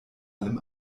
allem